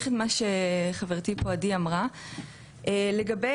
לדבריהן כשלושים שניות לאחר שהן נכנסו למרחב הזה,